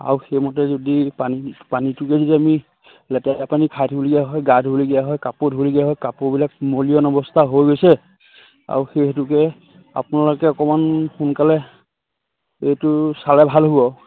আৰু সেইমতে যদি পানী পানীটোৱে যদি আমি লেতেৰা পানী খাই থাকিবলগীয়া হয় গা ধুবলগীয়া হয় কাপোৰ ধুবলগীয়া হয় কাপোৰবিলাক মলীয়ন অৱস্থা হৈ গৈছে আৰু সেই হেতুকে আপোনালোকে অকণমান সোনকালে এইটো চালে ভাল হ'ব